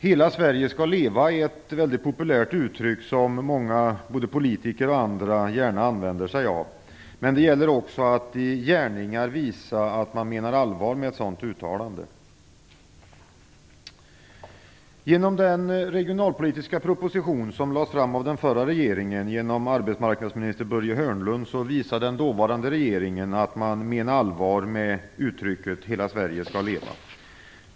"Hela Sverige skall leva" är ett väldigt populärt uttryck som många, både politiker och andra, gärna använder sig av. Men det gäller också att i gärningar visa att man menar allvar med ett sådant uttalande. Genom den regionalpolitiska proposition som lades fram av den förra regeringen och arbetsmarknadsminister Börje Hörnlund visade den dåvarande regeringen att man menade allvar med uttrycket "hela Sverige skall leva".